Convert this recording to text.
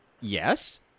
Yes